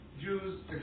Jews